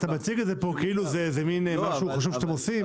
אתה מציג את זה כאן כאילו זה משהו חשוב שאתם עושים.